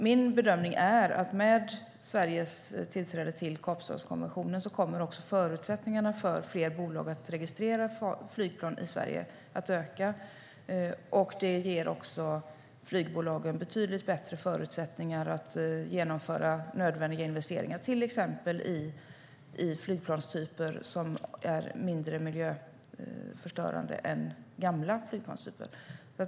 Min bedömning är att med Sveriges tillträde till Kapstadskonventionen kommer också förutsättningarna för att fler bolag ska registrera flygplan i Sverige att bli bättre. Det ger också flygbolagen betydligt bättre förutsättningar att genomföra nödvändiga investeringar, till exempel i flygplanstyper som är mindre miljöförstörande än gamla flygplanstyper.